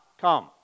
come